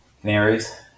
canaries